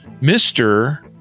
Mr